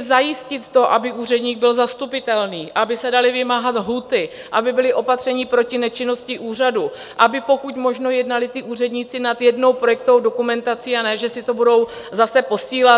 zajistit to, aby úředník byl zastupitelný, aby se daly vymáhat lhůty, aby byla opatření proti nečinnosti úřadů, aby pokud možno jednali ti úředníci nad jednou projektovou dokumentací, a ne že si to budou zase posílat.